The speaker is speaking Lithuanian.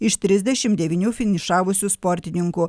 iš trisdešim devynių finišavusių sportininkų